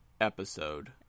episode